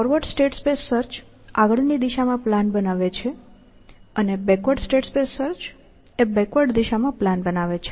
forward state space search આગળની દિશામાં plan બનાવે છે અને બેકવર્ડ સ્ટેટ સ્પેસ સર્ચ એ બેકવર્ડ દિશામાં પ્લાન બનાવે છે